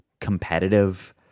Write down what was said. competitive